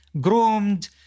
groomed